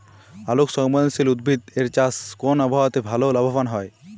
আলোক সংবেদশীল উদ্ভিদ এর চাষ কোন আবহাওয়াতে ভাল লাভবান হয়?